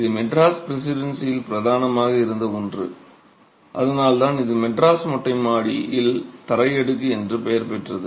இது மெட்ராஸ் பிரசிடென்சியில் பிரதானமாக இருந்த ஒன்று அதனால்தான் இது மெட்ராஸ் மொட்டை மாடியில் தரை அடுக்கு என்று பெயர் பெற்றது